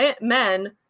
men